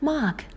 Mark